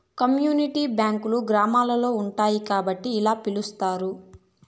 community బ్యాంకులు గ్రామాల్లో ఉంటాయి కాబట్టి ఇలా పిలుత్తారు